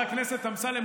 חבר הכנסת אמסלם,